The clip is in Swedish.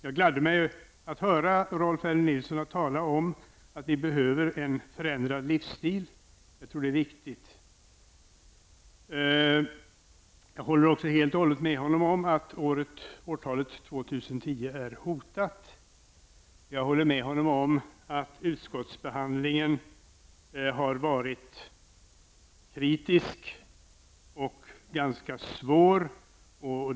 Det gladde mig att höra Rolf L Nilson tala om att vi behöver en förändrad livsstil. Jag tror att det är viktigt. Jag håller också helt och hållet med honom om att årtalet 2010 är hotat. Jag håller med honom om att utskottsbehandlingen har varit kritisk och ganska svår.